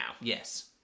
Yes